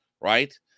right